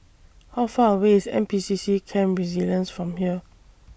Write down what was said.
How Far away IS N P C C Camp Resilience from here